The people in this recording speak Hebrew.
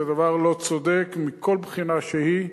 זה דבר לא צודק מכל בחינה שהיא.